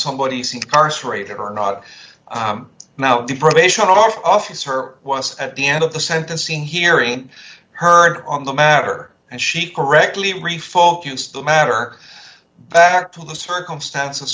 somebody is incarcerated or not now the probation officer was at the end of the sentencing hearing heard on the matter and she correctly refocus the matter back to the circumstances